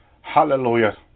Hallelujah